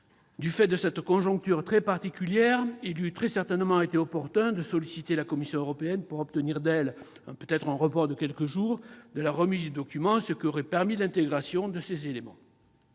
Du fait de cette conjoncture très particulière, il eût très certainement été opportun de solliciter la Commission européenne pour obtenir d'elle un report de quelques jours pour la remise du document, afin de prendre en compte ces éléments.